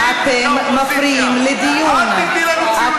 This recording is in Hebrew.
מוגן ומרחב מוגן דירתי ביישובים סמוכי גבול),